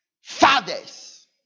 Fathers